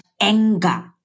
anger